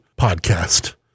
podcast